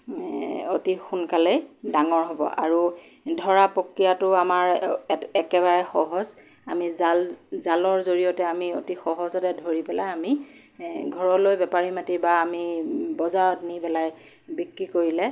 অতি সোনকালেই ডাঙৰ হ'ব আৰু ধৰা প্ৰক্ৰিয়াটো আমাৰ একেবাৰে সহজ আমি জাল জালৰ জৰিয়তে আমি অতি সহজতে ধৰি পেলাই আমি ঘৰলৈ বেপাৰী মাতি বা আমি বজাৰত নি পেলাই বিক্ৰী কৰিলে